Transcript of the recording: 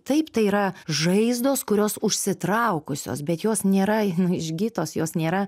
taip tai yra žaizdos kurios užsitraukusios bet jos nėra išgytos jos nėra